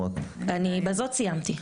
בזאת סיימתי.